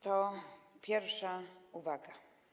To pierwsza uwaga.